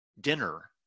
dinner